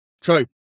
True